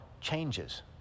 changes